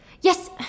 Yes